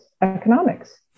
economics